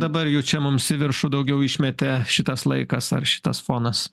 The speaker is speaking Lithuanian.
dabar jau čia mums į viršų daugiau išmetė šitas laikas ar šitas fonas